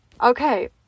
Okay